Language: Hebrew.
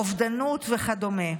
אובדנות וכדומה.